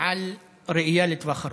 על ראייה לטווח ארוך.